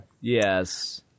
Yes